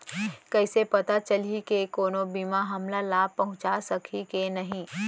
कइसे पता चलही के कोनो बीमा हमला लाभ पहूँचा सकही के नही